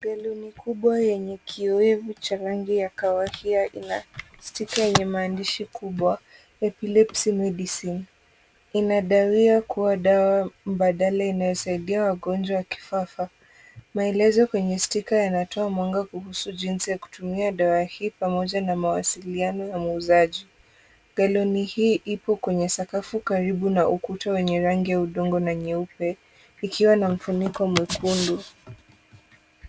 Galoni kubwa yenye kioevu cha rangi ya kahawia ina stika yenye maandishi kubwa, Epilepsy medicine . Inadaiwa kuwa dawa mbadala inayosaidiwa wagonjwa wa kifafa. Maelezo kwenye stika yanatoa mwanga kuhusu jinsi ya kutumia dawa hii, pamoja na mawasiliano ya muuzaji. Galoni hii ipo kwenye sakafu karibu na ukuta wenye rangi ya udongo na nyeupe, ikiwa na mfuniko mwekundu.